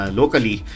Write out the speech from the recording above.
locally